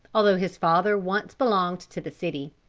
although his father once belonged to the city.